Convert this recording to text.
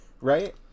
Right